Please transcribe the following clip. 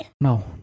No